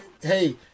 hey